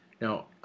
Now